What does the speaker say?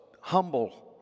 humble